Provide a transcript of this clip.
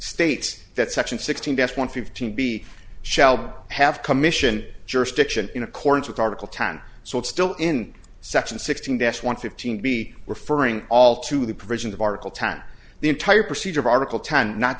states that section six hundred s one fifteen b shall have commission jurisdiction in accordance with article ten so it's still in section sixteen dash one fifteen be referring all to the provisions of article ten the entire procedure of article ten not